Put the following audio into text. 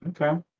okay